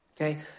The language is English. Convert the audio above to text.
Okay